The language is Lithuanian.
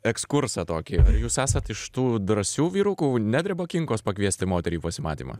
ekskursą tokį jūs esat iš tų drąsių vyrukų nedreba kinkos pakviesti moterį į pasimatymą